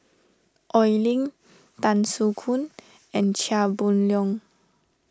Oi Lin Tan Soo Khoon and Chia Boon Leong